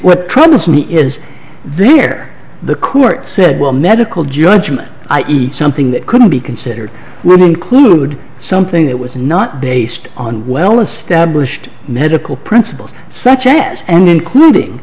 what troubles me is there the court said well medical judgment something that couldn't be considered were include something that was not based on well established medical principles such as and including